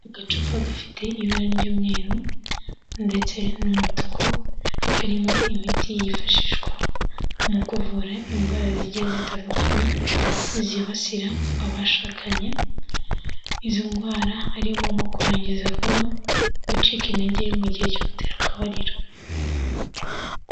Agacupa gafite ibara ry'umweru ndetse n'umutuku, karimo imiti yifashishwa mu kuvura indwara zigiye zitandukanye zibasira abashakanye, izo ndwara harimo nko kurangiza vuba, gucika intege, mu gihe cyo gutera akabariro.